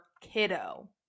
kiddo